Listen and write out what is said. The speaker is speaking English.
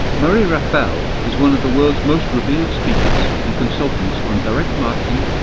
murray raphel is one of the world's most revered speakers and consultants on direct marketing,